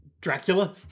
Dracula